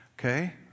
Okay